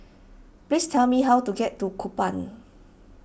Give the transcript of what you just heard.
please tell me how to get to Kupang